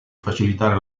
facilitare